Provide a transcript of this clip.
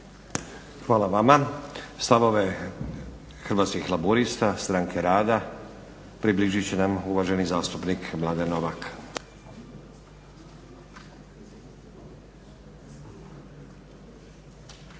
Hvala vama. Stavove Hrvatskih laburista stranke rada približit će nam uvaženi zastupnik Mladen Novak.